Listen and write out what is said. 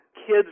kids